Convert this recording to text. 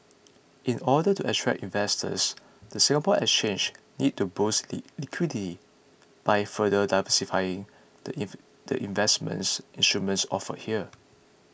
in order to attract investors the Singapore Exchange needs to boost liquidity by further diversifying the if the investment instruments offered here